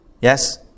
Yes